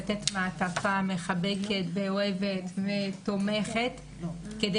לתת מעטפת מחבקת אוהבת ותומכת כדי